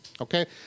Okay